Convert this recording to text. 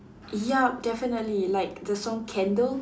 yup definitely like the song candle